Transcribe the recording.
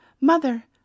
mother